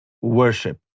worship